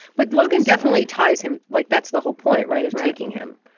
but logan definitely ties him like that's the whole point wright is making him.